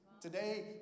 Today